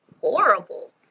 horrible